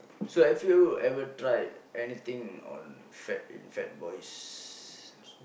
so have you ever tried anything on fat in Fat-Boys